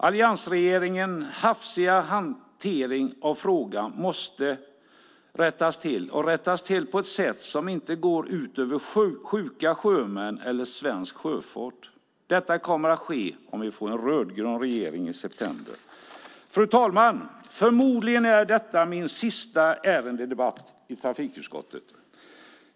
Alliansregeringens hafsiga hantering av frågan måste rättas till och rättas till på ett sätt som inte går ut över sjuka sjömän eller svensk sjöfart. Detta kommer att ske om vi får en rödgrön regering i september. Fru talman! Detta är förmodligen min sista ärendedebatt i trafikutskottet.